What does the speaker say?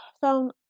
found